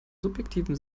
subjektiven